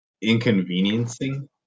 inconveniencing